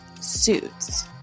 Suits